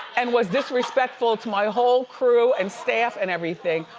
and was disrespectful to my whole crew and staff and everything,